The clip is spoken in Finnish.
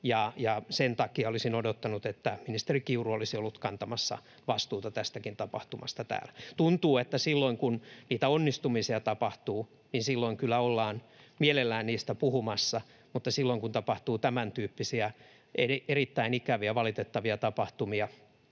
Sen takia olisin odottanut, että ministeri Kiuru olisi ollut kantamassa vastuuta tästäkin tapahtumasta täällä. Tuntuu, että silloin kun niitä onnistumisia tapahtuu, niin silloin kyllä ollaan mielellään niistä puhumassa, mutta silloin kun tapahtuu tämäntyyppisiä erittäin ikäviä ja valitettavia tapahtumia,